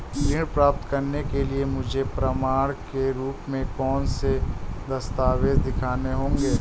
ऋण प्राप्त करने के लिए मुझे प्रमाण के रूप में कौन से दस्तावेज़ दिखाने होंगे?